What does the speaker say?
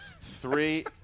three